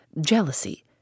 jealousy